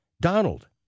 Donald